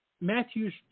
Matthew's